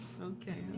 okay